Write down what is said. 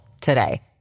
today